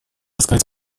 искать